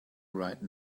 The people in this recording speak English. right